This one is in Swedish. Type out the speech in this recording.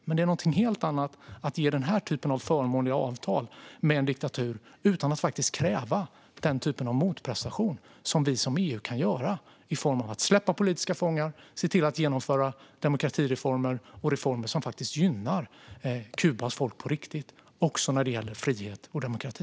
Men det är någonting helt annat att skriva den här typen av förmånliga avtal med en diktatur utan att kräva den typ av motprestation som vi som EU kan kräva i form av att Kuba släpper politiska fångar och ser till att genomföra demokratireformer och reformer som gynnar landets folk på riktigt också när det gäller frihet och demokrati.